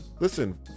Listen